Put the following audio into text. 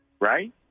Right